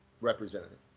representative